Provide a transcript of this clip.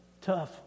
tough